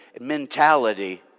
mentality